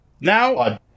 now